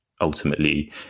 ultimately